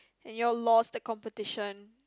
and you all lost the competition